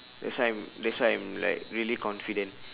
that's why I'm that's why I'm like really confident